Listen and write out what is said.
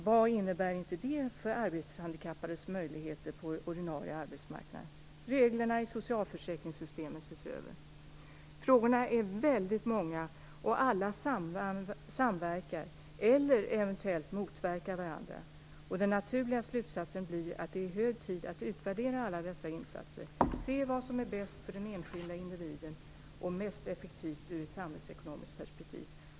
Vad innebär inte det för arbetshandikappades möjligheter på den ordinarie arbetsmarknaden? Reglerna i socialförsäkringssystemet bör ses över. Frågorna är väldigt många, och alla samverkar eller eventuellt motverkar varandra. Den naturliga slutsatsen blir att det är hög tid att utvärdera alla dessa insatser och se vad som är bäst för den enskilda individen och mest effektivt ur samhällsekonomiskt perspektiv.